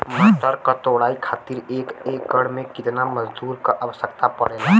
मटर क तोड़ाई खातीर एक एकड़ में कितना मजदूर क आवश्यकता पड़ेला?